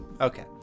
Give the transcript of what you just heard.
Okay